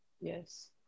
Yes